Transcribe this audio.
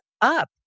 up